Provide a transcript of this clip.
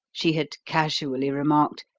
she had casually remarked,